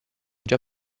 già